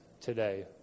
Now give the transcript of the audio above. today